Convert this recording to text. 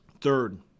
Third